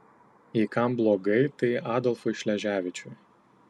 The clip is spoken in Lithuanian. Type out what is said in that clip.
jei kam blogai tai adolfui šleževičiui